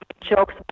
jokes